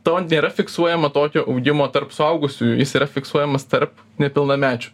to nėra fiksuojama tokio augimo tarp suaugusiųjų jis yra fiksuojamas tarp nepilnamečių